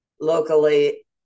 locally